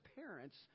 parents